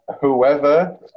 whoever